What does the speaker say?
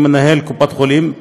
כמנהל קופת חולים,